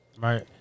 Right